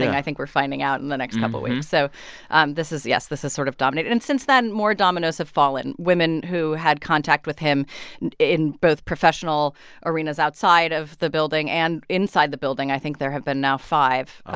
i think, we're finding out in the next couple weeks. so um this is yes this has sort of dominated. and since then, more dominoes have fallen women who had contact with him in both professional arenas outside of the building and inside the building. i think there have been now five. ah